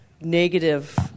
Negative